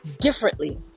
differently